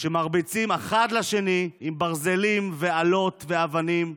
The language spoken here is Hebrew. מרביצים אחד לשני בברזלים, אלות ואבנים.